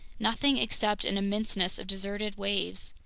nothing except an immenseness of deserted waves!